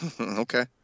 Okay